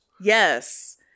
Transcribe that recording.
Yes